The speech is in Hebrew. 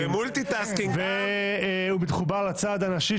ברור שאתה צריך לדבר על הנושא,